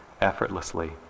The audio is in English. effortlessly